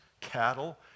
cattle